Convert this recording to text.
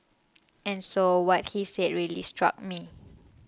and so what he said really struck me